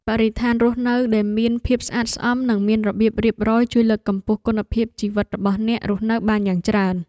បរិស្ថានរស់នៅដែលមានភាពស្អាតស្អំនិងមានរបៀបរៀបរយជួយលើកកម្ពស់គុណភាពជីវិតរបស់អ្នករស់នៅបានយ៉ាងច្រើន។